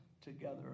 together